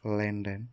London